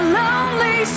lonely